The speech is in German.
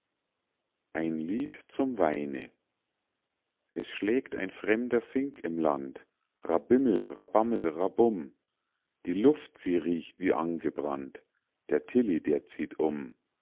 ein lied zum weine es schlägt ein fremder fink im land radibimmel radibammel radibumm die luft die riecht wie angebrannt der tilly der zieht um